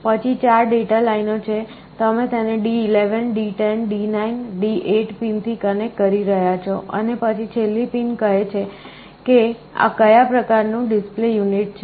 પછી 4 ડેટા લાઇનોછે તમે તેને D11 D10 D9 D8 પિનથી કનેક્ટ કરી રહ્યાં છો અને પછી છેલ્લી પિન કહે છે કે આ કયા પ્રકારનું ડિસ્પ્લે યુનિટ છે